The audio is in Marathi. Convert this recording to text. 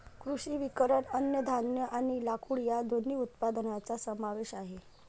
कृषी वनीकरण अन्नधान्य आणि लाकूड या दोन्ही उत्पादनांचा समावेश आहे